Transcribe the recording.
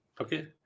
Okay